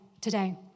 today